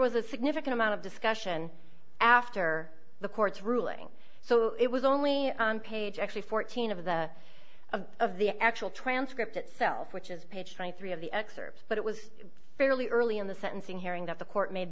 was a significant amount of discussion after the court's ruling so it was only on page actually fourteen of the of the actual transcript itself which is page twenty three dollars of the excerpts but it was fairly early in the sentencing hearing that the court made